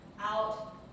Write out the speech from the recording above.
out